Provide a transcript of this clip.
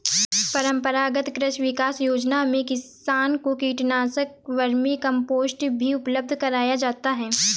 परम्परागत कृषि विकास योजना में किसान को कीटनाशक, वर्मीकम्पोस्ट भी उपलब्ध कराया जाता है